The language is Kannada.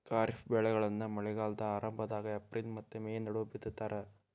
ಖಾರಿಫ್ ಬೆಳೆಗಳನ್ನ ಮಳೆಗಾಲದ ಆರಂಭದಾಗ ಏಪ್ರಿಲ್ ಮತ್ತ ಮೇ ನಡುವ ಬಿತ್ತತಾರ